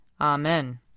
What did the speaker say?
Amen